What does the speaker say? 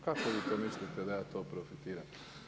Kako vi to mislite da ja to profitiram?